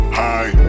high